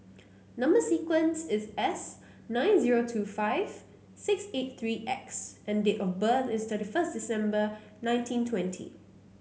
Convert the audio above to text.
number sequence is S nine zero two five six eight three X and date of birth is thirty first December nineteen twenty